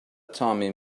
tommy